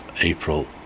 April